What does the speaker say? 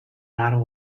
not